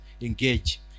engage